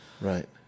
Right